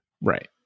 Right